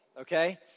okay